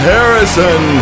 Harrison